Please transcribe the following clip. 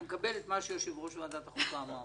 שאתה מקבל את מה שיושב-ראש ועדת החוקה אמר